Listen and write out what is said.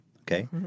okay